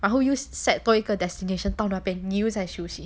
然后又 set 多一个 destination 到那边你又在休息